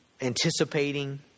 anticipating